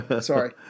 Sorry